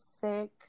sick